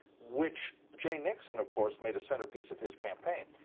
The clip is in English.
which jay nixon, of course, made a centerpiece of his campaign.